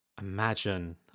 Imagine